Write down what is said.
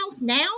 now